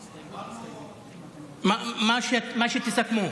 אמרנו, מה שתסכמו.